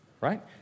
right